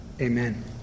amen